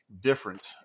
different